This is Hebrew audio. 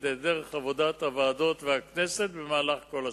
את דרך עבודת הוועדות והכנסת במהלך כל השנה.